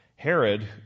Herod